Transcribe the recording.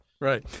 Right